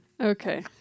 Okay